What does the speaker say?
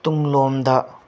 ꯇꯨꯡꯂꯣꯝꯗ